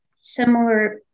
similar